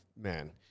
man